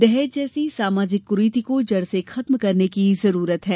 दहेज जैसी सामाजिक कुरीति को जड़ से खत्म करने की जरूरत है